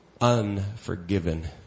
unforgiven